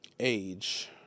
Age